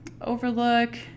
overlook